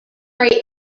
marry